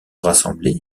rassemblées